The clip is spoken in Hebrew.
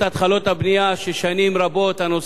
כששנים רבות הנושא הזה היה מדשדש.